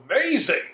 amazing